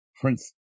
Prince